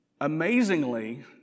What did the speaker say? Amazingly